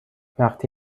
وقتی